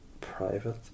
private